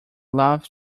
love